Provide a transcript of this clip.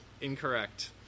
Incorrect